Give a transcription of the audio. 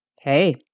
hey